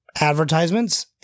advertisements